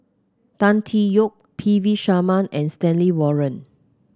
Tan Tee Yoke P V Sharma and Stanley Warren